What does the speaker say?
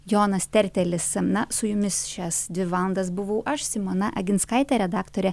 jonas tertelis na su jumis šias dvi valandas buvau aš simona aginskaitė redaktorė